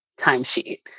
timesheet